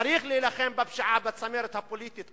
צריך להילחם בפשיעה בצמרת הפוליטית,